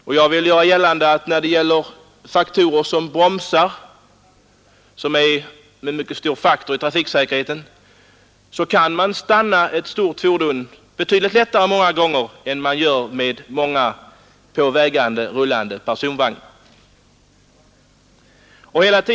Bromsar är en mycket viktig faktor när det gäller trafiksäkerheten, och jag vill göra gällande att man många gånger kan stanna ett stort fordon betydligt lättare än de på vägarna rullande personvagnarna.